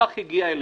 כך זה הגיע אלינו.